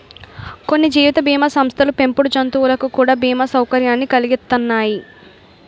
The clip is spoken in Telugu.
కొన్ని జీవిత బీమా సంస్థలు పెంపుడు జంతువులకు కూడా బీమా సౌకర్యాన్ని కలిగిత్తన్నాయి